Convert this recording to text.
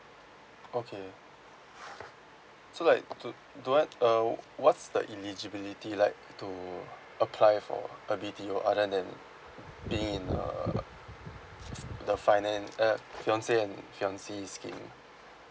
okay so like do do I uh what's the eligibility like to apply for a B_T_O other than being in uh f~ f~ the finan~ uh fiancé and fiancée scheme